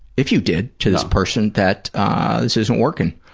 if you did to this person, that this isn't working?